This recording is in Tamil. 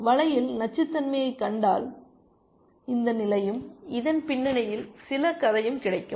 எனவே நீங்கள் வலையில் நச்சுத்தன்மையை கண்டால் இந்த நிலையும் இதன் பின்னணியில் சில கதையும் கிடைக்கும்